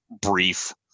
brief